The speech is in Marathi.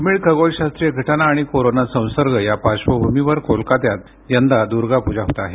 दुर्मीळ खगोलशास्त्रीय घटना आणि कोरोना संसर्ग या पार्श्वभूमीवर कोलकत्यात यंदा दुर्गा पूजा होत आहे